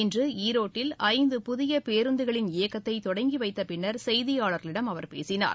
இன்று ஈரோட்டில் ஐந்து புதிய பேருந்துகளின் இயக்கத்தை தொடங்கி வைத்த பின்னர் செய்தியாளர்களிடம் அவர் பேசினார்